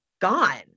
gone